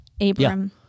Abram